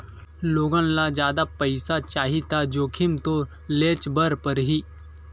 लोगन ल जादा पइसा चाही त जोखिम तो लेयेच बर परही